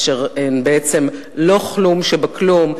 אשר הן בעצם לא כלום שבכלום.